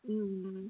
mm